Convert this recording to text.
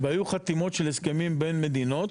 והיו חתימות של הסכמים בין מדינות,